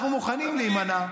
אנחנו מוכנים להימנע.